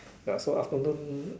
ya so afternoon